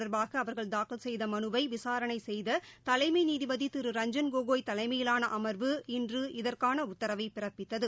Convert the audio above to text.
தொடர்பாகஅவர்கள் தாக்கல் செய்தமனுவைவிசாரணைசெய்ததலைமைநீதிபதிதிரு ரஞ்சன் இது கோகோய் தலைமையிலானஅமர்வு இன்று இதற்கானஉத்தரவைபிறப்பித்தது